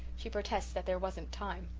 she protests that there wasn't time.